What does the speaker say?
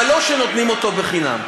אבל לא שנותנים אותו חינם.